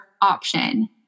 option